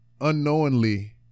unknowingly